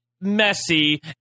messy